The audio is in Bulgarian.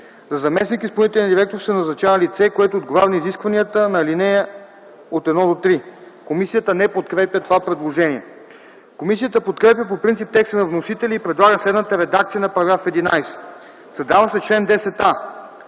За заместник изпълнителен директор се назначава лице, което отговаря на изискванията на ал. 1-3.” Комисията не подкрепя предложението. Комисията подкрепя по принцип текста на вносителя и предлага следната редакция на § 11: § 11. Създава се чл. 10а: